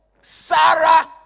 Sarah